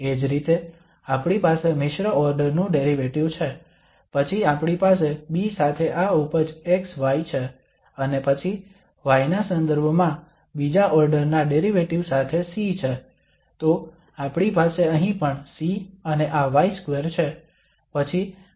એ જ રીતે આપણી પાસે મિશ્ર ઓર્ડર નું ડેરિવેટિવ છે પછી આપણી પાસે B સાથે આ ઉપજ xy છે અને પછી y ના સંદર્ભમાં બીજા ઓર્ડર ના ડેરિવેટિવ સાથે C છે તો આપણી પાસે અહીં પણ C અને આ y2 છે